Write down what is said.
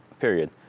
Period